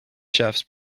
chefs